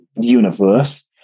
universe